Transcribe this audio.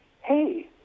hey